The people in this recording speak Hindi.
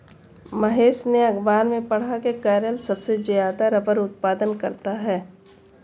महेश ने अखबार में पढ़ा की केरल सबसे ज्यादा रबड़ उत्पादन करता है